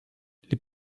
les